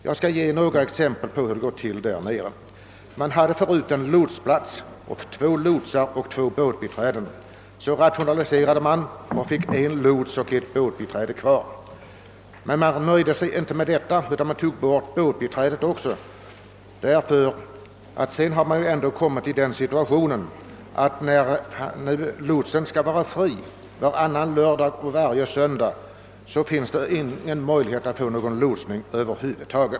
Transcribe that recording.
Jag skall ge några exempel på hur det går till där nere. Tidigare hade man en lotsplats med två lotsar och två båtbiträden. Därpå rationaliserade man, varigenom en lots och ett båtbiträde blev kvar. Man nöjde sig emellertid inte med detta utan tog bort även båtbiträdet. Därigenom har man kommit i den situationen, att när lotsen varannan lördag och varje söndag skall vara ledig finns ingen möjlighet att över huvud taget få någon lotsning.